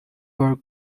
work